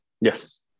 Yes